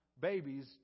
babies